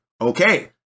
okay